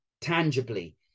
tangibly